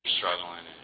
struggling